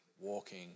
walking